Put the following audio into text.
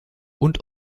und